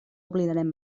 oblidarem